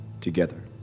Together